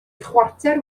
chwarter